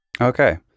Okay